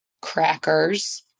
crackers